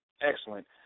excellent